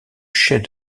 chef